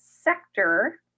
sector